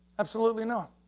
absolutely not.